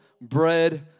bread